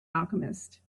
alchemist